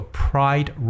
pride